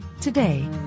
Today